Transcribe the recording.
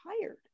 tired